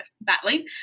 battling